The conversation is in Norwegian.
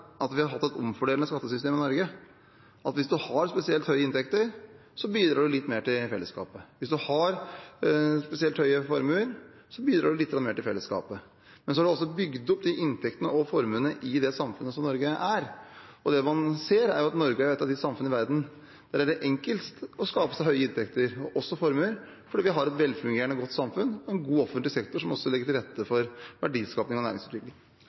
at vi har hatt et omfordelende skattesystem i Norge, at hvis en har spesielt høye inntekter, bidrar en litt mer til fellesskapet. Hvis en har spesielt høye formuer, så bidrar en litt mer til fellesskapet, men så har en også bygd opp de inntektene og de formuene i det samfunnet som Norge er. Det en ser, er at Norge er et av de samfunnene i verden der det er enklest å skape seg høye inntekter, og også formuer, fordi vi har et velfungerende, godt samfunn og en god offentlig sektor som også legger til rette for verdiskaping og næringsutvikling.